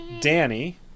Danny